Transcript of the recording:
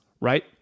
right